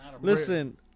Listen